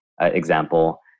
example